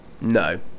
No